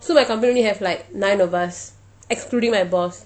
so my company have like nine of us excluding my boss